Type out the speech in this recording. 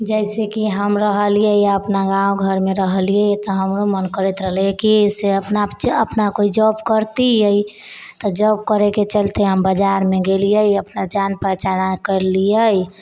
जइसे कि हम रहलिए हइ अपना गाँव घरमे रहलिए हइ तऽ हमरो मन करैत रहलै कि से अपना अपना कोइ जॉब करितिए तऽ जॉब करिके चलते हम बजारमे गेलिए अपना जान पहचान करलिए